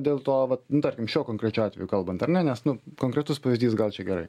dėl to vat nu tarkim šiuo konkrečiu atveju kalbant ar ne nes nu konkretus pavyzdys gal čia gerai